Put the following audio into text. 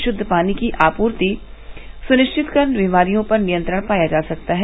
षुद्ध पानी की आपूर्ति सुनिष्चित कर बीमारियों पर नियंत्रण पाया जा सकता है